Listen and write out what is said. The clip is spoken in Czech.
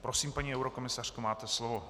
Prosím, paní eurokomisařko, máte slovo.